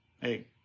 hey